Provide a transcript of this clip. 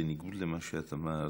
בניגוד למה שאת אמרת,